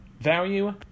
value